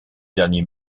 dernier